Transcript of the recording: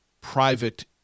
private